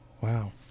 Wow